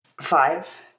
Five